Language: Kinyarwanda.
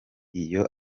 iyo